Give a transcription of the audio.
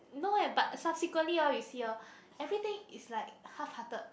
no leh but subsequently lor you see hor everything is like half hearted